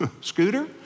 Scooter